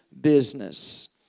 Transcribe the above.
business